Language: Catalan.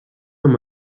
amb